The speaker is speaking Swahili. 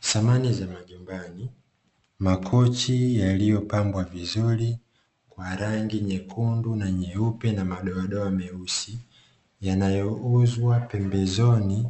Samani za majumbani, makochi yaliyopambwa vizuri kwa rangi nyekundu, nyeupe na madoadoa meusi, yanayouzwa pembezoni